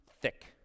thick